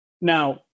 Now